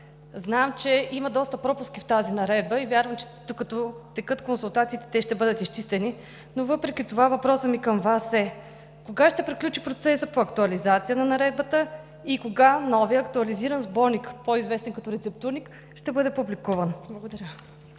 Знам, че има доста пропуски в тази наредба и вярвам, че докато текат консултациите, те ще бъдат изчистени, но въпреки това въпросът ми към Вас е: кога ще приключи процесът по актуализация на Наредбата и кога новият актуализиран сборник, по-известен като Рецептурник, ще бъде публикуван? Благодаря.